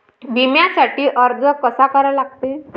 बिम्यासाठी अर्ज कसा करा लागते?